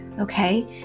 Okay